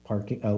Parking